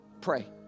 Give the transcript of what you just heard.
pray